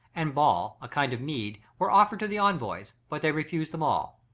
and ball, a kind of mead, were offered to the envoys but they refused them all.